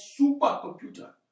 supercomputer